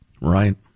Right